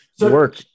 work